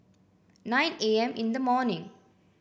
nine A M in the morning